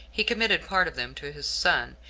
he committed part of them to his son,